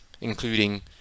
including